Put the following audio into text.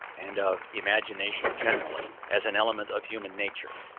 and of imagination generally, as an element of human nature.